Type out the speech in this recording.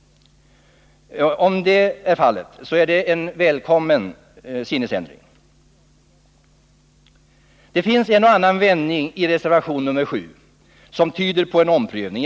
Om det är fallet, så är det en välkommen sinnesändring. Det finns en och annan vändning i reservationen 7 som tyder på en omprövning.